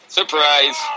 Surprise